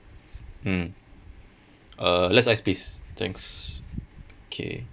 mm uh less ice please thanks okay